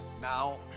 Now